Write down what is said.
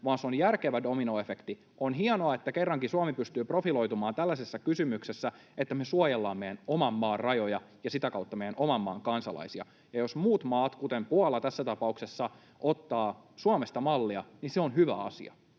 vaan se on järkevä dominoefekti. On hienoa, että kerrankin Suomi pystyy profiloitumaan tällaisessa kysymyksessä, että me suojellaan meidän oman maan rajoja ja sitä kautta meidän oman maamme kansalaisia. Jos muut maat, kuten Puola tässä tapauksessa, ottavat Suomesta mallia, niin se on hyvä asia,